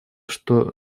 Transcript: что